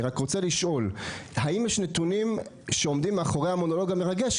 אני רק רוצה לשאול האם יש נתונים שעומדים מאחורי המונולוג המרגש,